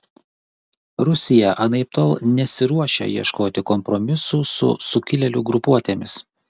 rusija anaiptol nesiruošia ieškoti kompromisų su sukilėlių grupuotėmis